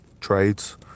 trades